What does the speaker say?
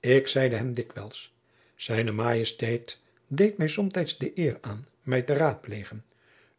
ik zeide hem dikwijls zijne majesteit deed mij somtijds de eer aan mij te raadplegen